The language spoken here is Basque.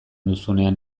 duzunean